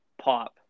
pop